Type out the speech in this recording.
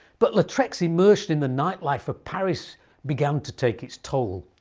but lautrec's immersion in the nightlife of paris began to take its toll.